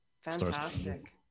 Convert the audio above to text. Fantastic